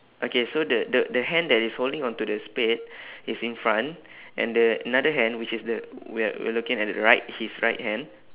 okay so the the the hand that is holding on to the spade is in front and the another hand which is the we are we are looking at it right his right hand